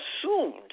assumed